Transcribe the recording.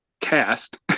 cast